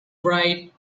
bright